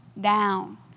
down